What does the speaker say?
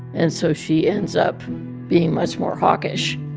and so she ends up being much more hawkish,